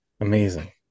Amazing